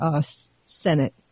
Senate